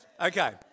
Okay